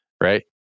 right